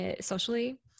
socially